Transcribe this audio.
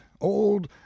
old